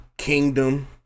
Kingdom